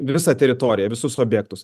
visą teritoriją visus objektus